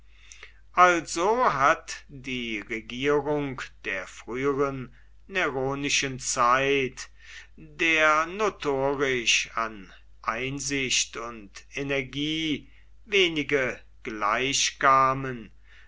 also hat die regierung der früheren neronischen zeit der notorisch an einsicht und energie wenige gleich